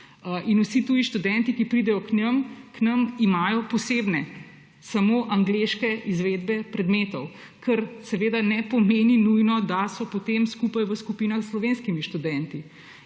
In vsi tuji študenti, ki pridejo k nam, imajo posebne, samo angleške izvedbe predmetov, kar seveda ne pomeni nujno, da so potem skupaj v skupinah s slovenskimi študenti.